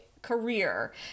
career